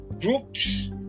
Groups